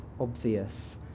obvious